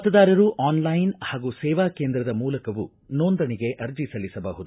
ಮತದಾರರು ಆನ್ಲೈನ್ ಹಾಗೂ ಸೇವಾ ಕೇಂದ್ರದ ಮೂಲಕವೂ ನೋಂದಣಿಗೆ ಅರ್ಜಿ ಸಲ್ಲಿಸಬಹುದು